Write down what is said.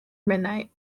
midnight